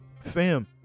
fam